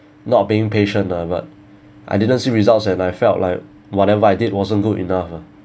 not being patient lah but I didn't see results and I felt like whatever I did wasn't good enough ah